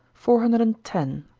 four hundred and ten.